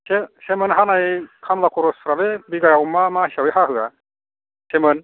सेमोन हानाय खामला खरसफोरालै बिगायाव मा मा हिसाबै हाहोआ सेमोन